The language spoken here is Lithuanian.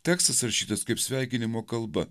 tekstas rašytas kaip sveikinimo kalba